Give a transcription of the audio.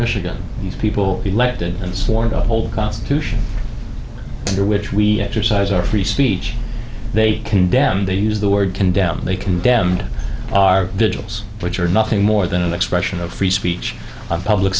michigan these people elected and sworn to uphold the constitution under which we exercise our free speech they condemn they use the word condemn they condemned our vigils which are nothing more than an expression of free speech on public